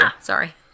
Sorry